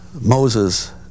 Moses